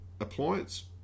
appliance